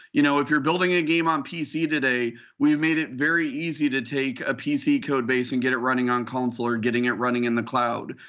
you know if you're building a game on pc today, we've made it very easy to take a pc codebase and get it running on console or getting it running in the cloud.